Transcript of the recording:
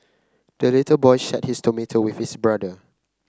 the little boy shared his tomato with his brother